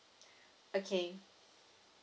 okay